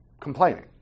complaining